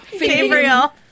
Gabriel